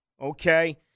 okay